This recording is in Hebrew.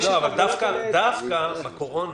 דווקא בקורונה,